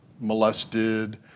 molested